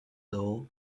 though